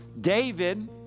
David